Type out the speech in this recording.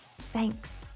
thanks